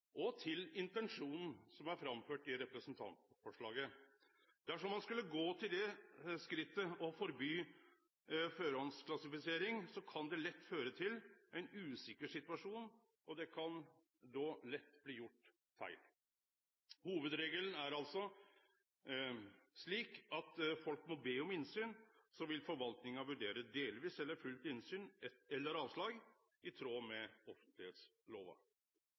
og med intensjonen som er framført i representantforslaget. Dersom ein skulle gå til det skrittet å forby førehandsklassifisering, kan det lett føre til ein usikker situasjon, og det kan da lett bli gjort feil. Hovudregelen er altså slik at folk må be om innsyn, og så vil forvaltinga vurdere delvis eller fullt innsyn eller avslag, i tråd med